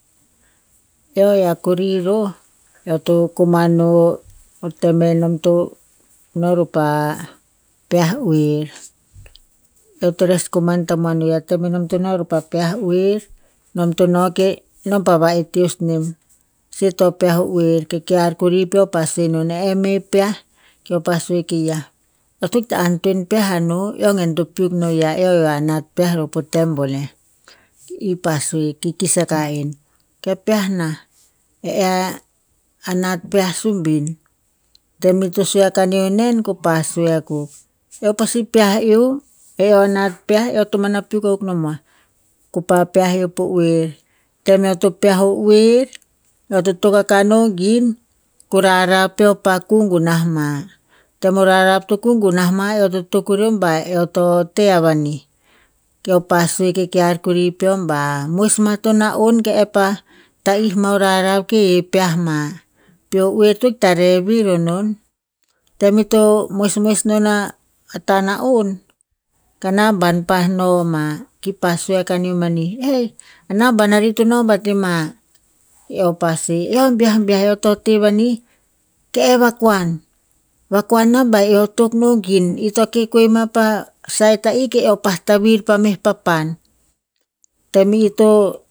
Eo e a roh eo to koman no tem enom to no rona pa peah oer. Eo to res koman tamuan no ya, tem enom to no ro pa peah oer. Nom to no ke nom pa va eteos nem, se to peah oer, ke kear kori peo pa sue non, e eh meh peah. Keo pa sue kei ya, eo to ikta antoen peah no, eo gen to piuk no ya eo anat peah roh po tem boneh. I pa sue kikis akah en, ke peah nah eh anat peah sumbin. Tem ito sue a kaneo nen ko pa sue akuk, eo pasi peah eo, eh eo a nat peah eo to mana piuk akuk nomoa. Ko pa peah eo po oer, tem eo to peah o oer, eo to tok akah no gin ko rarav peo pa kuh gunah ma. Tem o rarav to kuh gunah ma eo to tok vuruem ba eo toteh ava nem nih. Keo pa sue ke kear kori peo ba, moes ma to na'on ke e pa ta'ih ma o rarav ke he peah ma. Pi o oer to ikta reh vir anon. Tem ito moes moes non a ha na'on, ka namban pa noma. Ki pa sue a kaneo mani, hay anaban ari to no bat rer ma. Eo pa sue, eo biabiah eo to teh ava nih, keh e vakuan, vakuan nom beo tok no gin. I to keh kwe ma pa saitai keo pa tavir pa meh papan.